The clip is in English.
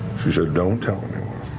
she said don't tell anyone?